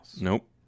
Nope